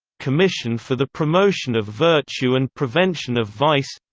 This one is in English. commission for the promotion of virtue and prevention of vice